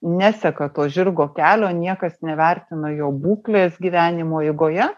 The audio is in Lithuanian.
neseka to žirgo kelio niekas nevertina jo būklės gyvenimo eigoje